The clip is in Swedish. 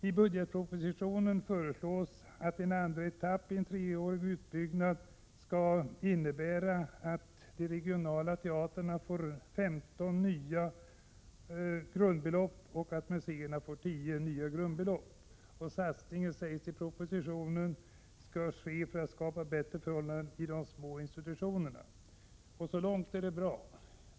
I budgetpropositionen föreslås att en andra etapp i en treårig utbyggnad skall innebära att de regionala teatrarna får 15 nya grundbelopp och att museerna får 10 nya grundbelopp. Satsningen, sägs det i propositionen, skall ske för att skapa bättre förhållanden i de små institutionerna. Så långt är det bra.